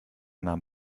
nahm